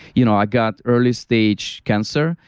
you know i got early stage cancer.